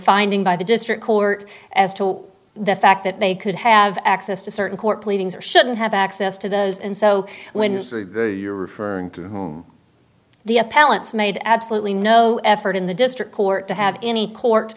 finding by the district court as to the fact that they could have access to certain court pleadings or shouldn't have access to those and so when you're referring to the appellants made absolutely no effort in the district court to have any court